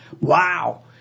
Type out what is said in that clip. Wow